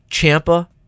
Champa